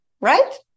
right